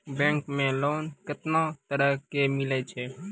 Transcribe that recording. Bank मे loan कैतना तरह के मिलै छै?